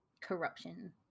corruption